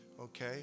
Okay